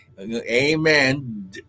Amen